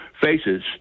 faces